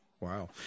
Wow